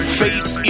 face